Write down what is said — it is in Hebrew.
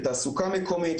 לתעסוקה מקומית,